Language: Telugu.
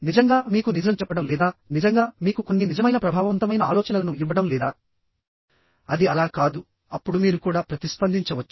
నిజంగా మీకు నిజం చెప్పడం లేదా నిజంగా మీకు కొన్ని నిజమైన ప్రభావవంతమైన ఆలోచనలను ఇవ్వడం లేదా అది అలా కాదు అప్పుడు మీరు కూడా ప్రతిస్పందించవచ్చు